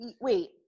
wait